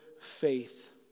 faith